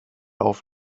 auf